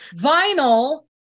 vinyl